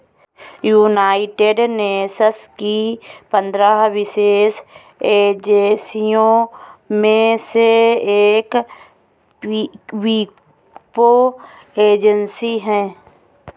United Nations की पंद्रह विशेष एजेंसियों में से एक वीपो एजेंसी है